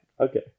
Okay